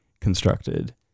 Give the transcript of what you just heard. constructed